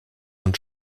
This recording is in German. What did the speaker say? und